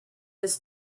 his